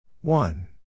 One